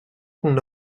qu’on